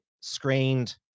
screened